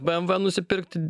bmv nusipirkti